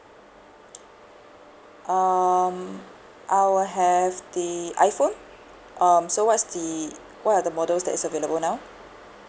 um I'll have the iphone um so what's the what are the models that's available now